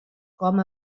com